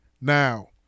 now